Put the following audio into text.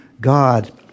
God